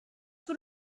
for